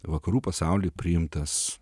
vakarų pasaulyje priimtas